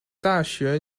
大学